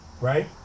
right